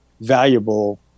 valuable